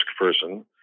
person